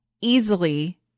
easily